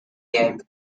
game